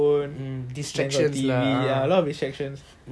distractions